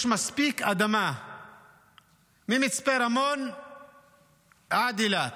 יש מספיק אדמה ממצפה רמון עד אילת.